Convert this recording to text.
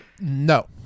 No